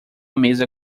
mesa